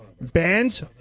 bands